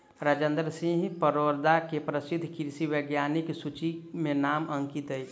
राजेंद्र सिंह परोदा के प्रसिद्ध कृषि वैज्ञानिकक सूचि में नाम अंकित अछि